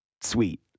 sweet